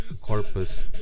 Corpus